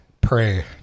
Pray